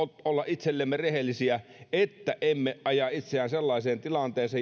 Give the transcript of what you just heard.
olla itsellemme rehellisiä että emme aja itseämme sellaiseen tilanteeseen